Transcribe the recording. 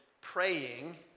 praying